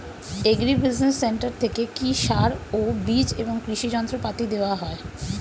Agri business centre থেকে কি সার ও বিজ এবং কৃষি যন্ত্র পাতি দেওয়া হয়?